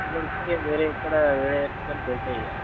దొరికితే వేరే ఎక్కడ వేరే ఎక్కడ దొరకవు ఇక